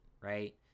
right